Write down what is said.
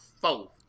four